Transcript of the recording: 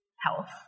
health